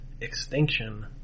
Extinction